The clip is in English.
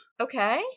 okay